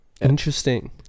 Interesting